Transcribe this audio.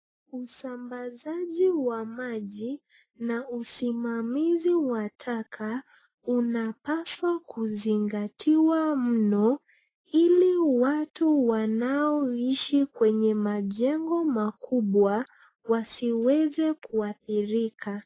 Usambazaji wa maji na usimamizi wa taka, unapaswa kuzingatiwa mno ili watu wanaoishi kwenye majengo makubwa wasiweze kuadhirika.